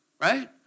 right